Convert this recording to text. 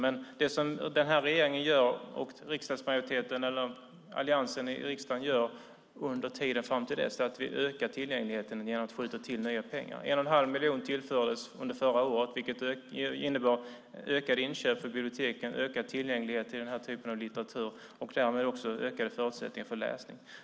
Under tiden fram till dess ökar regeringen och Alliansen i riksdagen tillgängligheten genom att skjuta till nya pengar. 1 1⁄2 miljon tillfördes under förra året, vilket innebar ökade inköp för biblioteken, ökad tillgänglighet till den här typen av litteratur och därmed också ökade förutsättningar för läsning.